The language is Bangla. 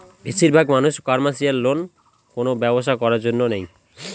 বেশির ভাগ মানুষ কমার্শিয়াল লোন কোনো ব্যবসা করার জন্য নেয়